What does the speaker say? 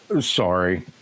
Sorry